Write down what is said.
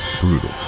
brutal